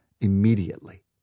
immediately